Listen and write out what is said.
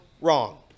Wrong